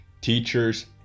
teachers